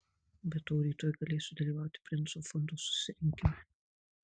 be to rytoj galėsiu dalyvauti princo fondo susirinkime